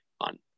on